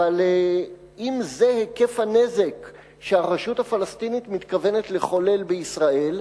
אבל אם זה היקף הנזק שהרשות הפלסטינית מתכוונת לחולל בישראל,